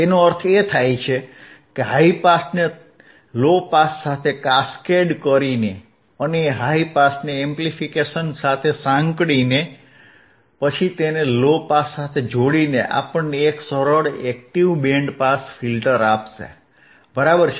તેનો અર્થ એ છે કે હાઇ પાસને લો પાસ સાથે કાસ્કેડ કરીને અને હાઇ પાસને એમ્પ્લીફિકેશન સાથે સાંકળીને પછી તેને લો પાસ સાથે જોડીને આપણને એક સરળ એક્ટીવ બેન્ડ પાસ ફિલ્ટર આપશે બરાબર છે